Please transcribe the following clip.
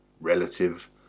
relative